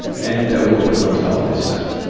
and, ah, we'll put links to all this stuff.